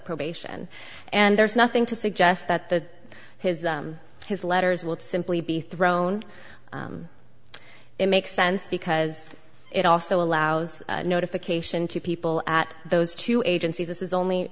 probation and there's nothing to suggest that that his his letters will simply be thrown it makes sense because it also allows notification to people at those two agencies this is only